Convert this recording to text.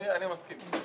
אני מסכים גם.